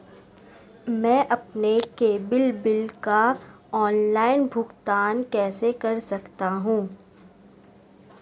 मैं अपने cable bill का ऑनलाइन भुगतान कैसे कर सकता हूं?